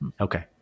Okay